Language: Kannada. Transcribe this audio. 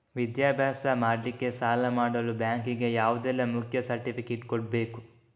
ವಿದ್ಯಾಭ್ಯಾಸ ಮಾಡ್ಲಿಕ್ಕೆ ಸಾಲ ಮಾಡಲು ಬ್ಯಾಂಕ್ ಗೆ ಯಾವುದೆಲ್ಲ ಮುಖ್ಯ ಸರ್ಟಿಫಿಕೇಟ್ ಕೊಡ್ಬೇಕು?